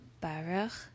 Baruch